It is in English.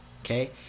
Okay